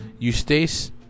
Eustace